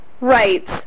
Right